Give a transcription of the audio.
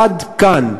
עד כאן.